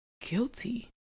guilty